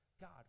God